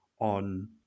on